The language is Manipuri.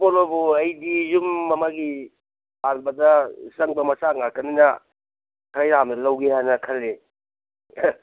ꯄꯣꯠ ꯑꯕꯨ ꯑꯩꯗꯤ ꯌꯨꯝ ꯑꯃꯒꯤ ꯁꯥꯕꯗ ꯆꯪꯕ ꯃꯆꯥꯛ ꯉꯥꯛꯇꯅꯤꯅ ꯈꯔ ꯌꯥꯝꯅ ꯂꯧꯒꯦ ꯍꯥꯏꯅ ꯈꯜꯂꯤ